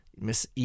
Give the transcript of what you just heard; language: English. Miss